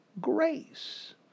grace